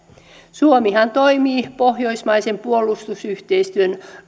suomihan toimii pohjoismaisen puolustusyhteistyön